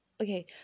okay